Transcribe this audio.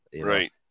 right